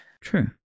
true